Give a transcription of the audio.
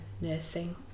nursing